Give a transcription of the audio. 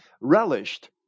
relished